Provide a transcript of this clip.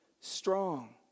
strong